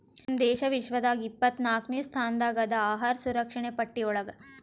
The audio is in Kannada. ನಮ್ ದೇಶ ವಿಶ್ವದಾಗ್ ಎಪ್ಪತ್ನಾಕ್ನೆ ಸ್ಥಾನದಾಗ್ ಅದಾ ಅಹಾರ್ ಸುರಕ್ಷಣೆ ಪಟ್ಟಿ ಒಳಗ್